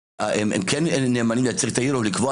והם כן נאמנים לייצג את העיר או לקבוע